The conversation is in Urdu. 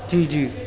جی جی